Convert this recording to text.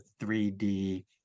3D